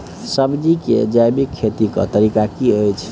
सब्जी केँ जैविक खेती कऽ तरीका की अछि?